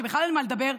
שבכלל אין מה לדבר,